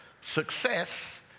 Success